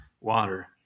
water